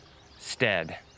Stead